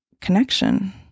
connection